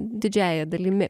didžiąja dalimi